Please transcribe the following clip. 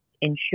ensure